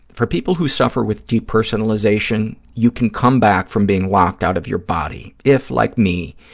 for people who suffer with depersonalization, you can come back from being locked out of your body. if, like me,